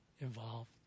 involved